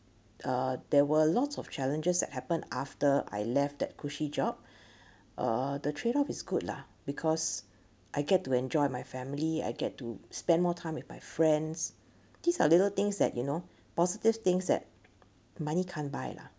uh there were a lot of challenges that happened after I left that cushy job uh the trade off is good lah because I get to enjoy my family I get to spend more time with my friends these are little things that you know positive things that money can't buy lah